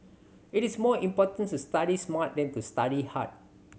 it is more important to study smart than to study hard